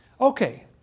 Okay